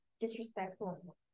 disrespectful